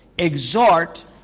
exhort